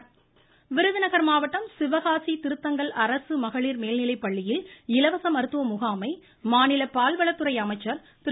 ருருருருரு ராஜேந்திரபாலாஜி விருதுநகர் மாவட்டம் சிவகாசி திருத்தங்கல் அரசு மகளிர் மேல்நிலைப்பள்ளியில் இலவச மருத்துவமுகாமை மாநில பால்வளத்துறை அமைச்சர் திரு